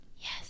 Yes